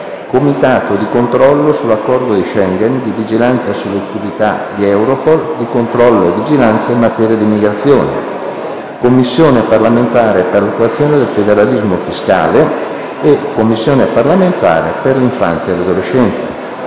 parlamentare di controllo sull'Accordo di Schengen, di vigilanza sull'attività di Europol, di controllo e vigilanza in materia di immigrazione; Commissione parlamentare per l'attuazione del federalismo fiscale; Commissione parlamentare per l'infanzia e l'adolescenza.